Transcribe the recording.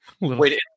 Wait